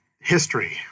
history